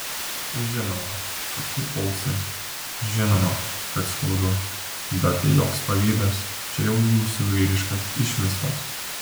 žinoma kad šaipausi žinoma kad skaudu bet tai joks pavydas čia jau jūsų vyriškas išmislas